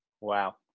Wow